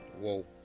whoa